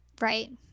right